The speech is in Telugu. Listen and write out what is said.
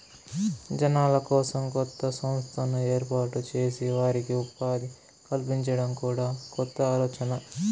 జనాల కోసం కొత్త సంస్థను ఏర్పాటు చేసి వారికి ఉపాధి కల్పించడం కూడా కొత్త ఆలోచనే